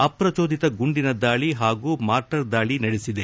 ಅಪ್ರಜೋಧಿತ ಗುಂಡಿನ ದಾಳಿ ಹಾಗೂ ಮಾರ್ಟರ್ ದಾಳಿ ನಡೆಸಿದೆ